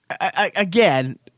again